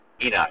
Enoch